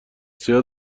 سیاه